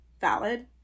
valid